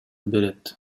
берет